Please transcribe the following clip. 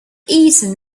eaten